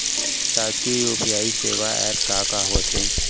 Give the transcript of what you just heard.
शासकीय यू.पी.आई सेवा एप का का होथे?